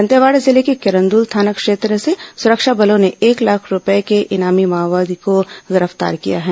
दंतेवाड़ा जिले के किरंदुल थाना क्षेत्र से सुरक्षा बलों ने एक लाख रूपये के इनामी माओवादी को गिरफ्तार किया है